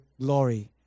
glory